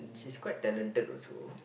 she's quite talented also